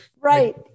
Right